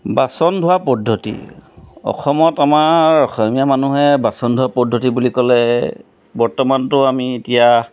বাচন ধোৱা পদ্ধতি অসমত আমাৰ অসমীয়া মানুহে বাচন ধোৱা পদ্ধতি বুলি ক'লে বৰ্তমানতো আমি এতিয়া